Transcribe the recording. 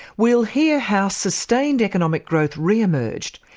we'll hear how sustained economic growth re-emerged,